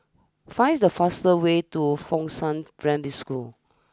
finds the fast way to Fengshan Primary School